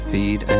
Feed